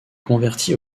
convertit